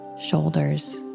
shoulders